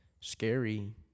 scary